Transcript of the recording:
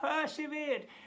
persevered